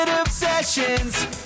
obsessions